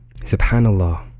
subhanallah